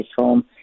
home